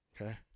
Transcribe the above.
Okay